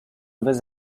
vais